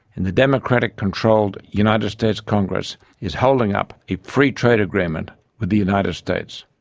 and the democratic controlled united states congress is holding up a pre-trade agreement with the united states.